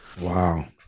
wow